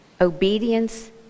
obedience